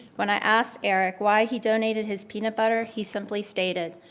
when i asked eric why he donated his peanut butter, he simply stated,